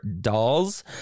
dolls